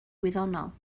gwyddonol